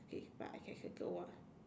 okay but I can circle one